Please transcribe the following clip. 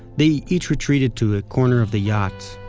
they each retreated to a corner of the yacht,